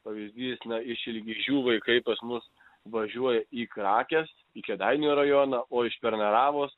pavyzdys iš ilgižių vaikai pas mus važiuoja į krakes į kėdainių rajoną o iš pernaravos